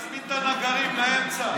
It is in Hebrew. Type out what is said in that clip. תזמין את הנגרים לאמצע,